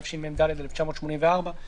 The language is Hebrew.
תשמ"ד-1984,